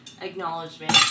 acknowledgement